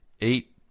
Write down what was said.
Eight